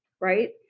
right